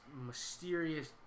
mysterious